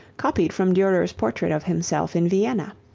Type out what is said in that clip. copied from durer's portrait of himself in vienna.